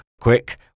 Quick